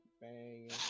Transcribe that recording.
bang